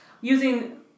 Using